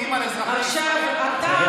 על אזרחי ישראל, חבר הכנסת משה קרעי.